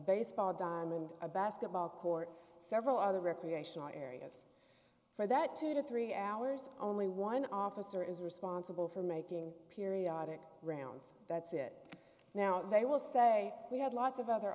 baseball diamond a basketball court several other recreational areas for that two to three hours only one officer is responsible for making periodic rounds that's it now they will say we had lots of other